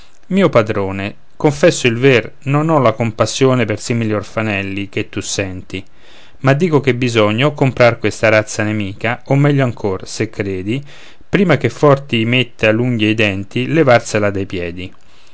mio padrone confesso il ver non ho la compassione per simili orfanelli che tu senti ma dico che bisogna o comprar questa razza nemica o meglio ancor se credi prima che forti metta l'unghie e i denti levarsela dai piedi